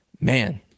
man